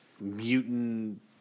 mutant